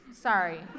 Sorry